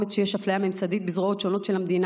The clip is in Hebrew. שיש אפליה ממסדית בזרועות שונות של המדינה,